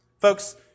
Folks